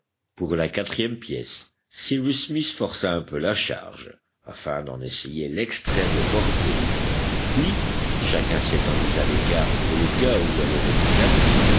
pour la quatrième pièce cyrus smith força un peu la charge afin d'en essayer l'extrême portée puis chacun s'étant mis à l'écart pour le cas où elle aurait éclaté